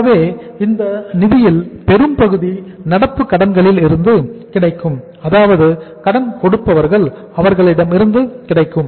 ஆகவே இந்த நிதியில் பெரும்பகுதி நடப்பு கடன்களில் இருந்து கிடைக்கும் அதாவது கடன் கொடுப்பவர்கள் அவர்களிடமிருந்து கிடைக்கும்